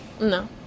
No